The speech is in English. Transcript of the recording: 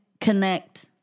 connect